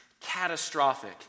catastrophic